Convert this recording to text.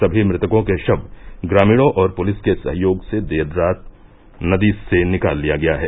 सभी मृतकों के शव ग्रामीणों और पुलिस के सहयोग से देर रात नदी से निकाल लिया गया है